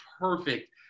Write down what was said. perfect